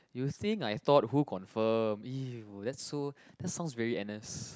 you think I thought who confirm [eww] that's so that's sounds very N_S